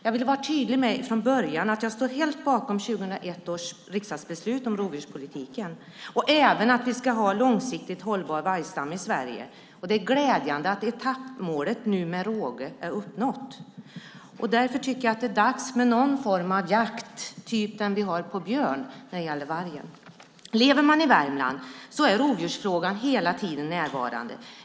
Jag vill redan från början vara tydlig med att jag helt står bakom 2001 års riksdagsbeslut om rovdjurspolitiken och även att vi vill ha en långsiktigt hållbar vargstam i Sverige. Det är glädjande att etappmålet med råge är uppnått. Därför tycker jag att det är dags med någon form av jakt, likt den vi har på björn, när det gäller vargen. Lever man i Värmland är rovdjursfrågan hela tiden närvarande.